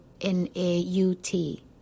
N-A-U-T